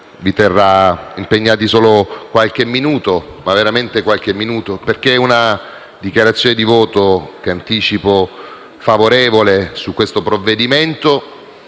Grazie,